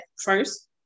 first